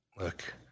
Look